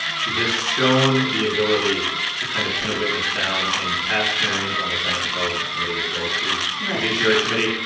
she has shown the ability to kind of pin a witness down in past hearings on the senate intelligence committee, as well as the judiciary committee.